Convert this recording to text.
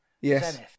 Yes